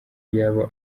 y’abo